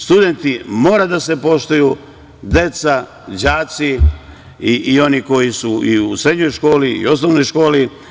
Studenti moraju da se poštuju, deca, đaci i oni koji su i u srednjoj školi i osnovnoj školi.